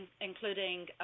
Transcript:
including